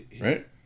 Right